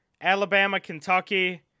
Alabama-Kentucky